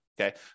Okay